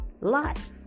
life